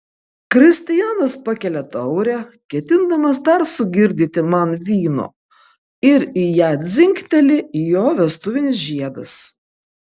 kristijanas pakelia taurę ketindamas dar sugirdyti man vyno ir į ją dzingteli jo vestuvinis žiedas